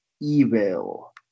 Evil